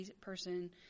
person